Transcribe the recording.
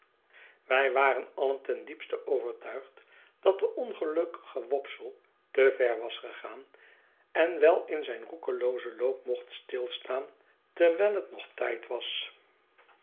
wij waren alien ten diepste overtuigd dat de ongelukkige wopsle te ver was gegaan en wel in zijn roekeloozen loop mocht stilstaan terwijl het nog tijd was